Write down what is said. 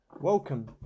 Welcome